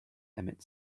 emmett